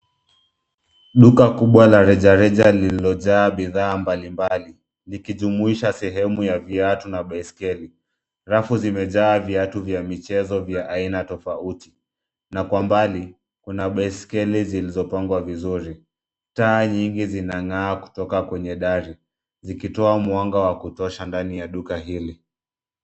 Duka kubwa la rejareja lililojaa bidhaa mbalimbali, likijumuisha sehemu ya viatu na baiskeli. Rafu zimejaa viatu vya michezo vya aina tofauti. Na kwa mbali, kuna baiskeli zilizopangwa vizuri. Taa nyingi zinang'aa kutoka kwenye dari, zikitoa mwanga wa kutosha kwenye duka hili.